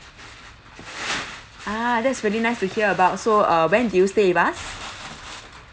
ah that's really nice to hear about so uh when did you stayed with us